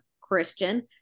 christian